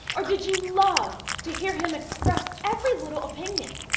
or did you love to hear him express every little opinion?